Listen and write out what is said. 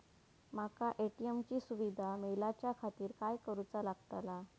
माका ए.टी.एम ची सुविधा मेलाच्याखातिर काय करूचा लागतला?